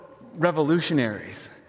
revolutionaries